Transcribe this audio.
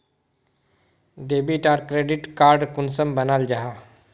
Debit आर credit card कुंसम बनाल जाहा?